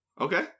Okay